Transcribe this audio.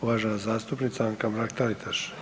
Uvažena zastupnica Anka Mrak-Taritaš.